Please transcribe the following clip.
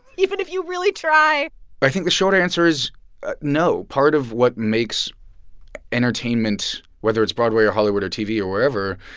even if you really try i think the short answer is no. part of what makes entertainment, whether it's broadway or hollywood or tv or wherever,